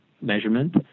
measurement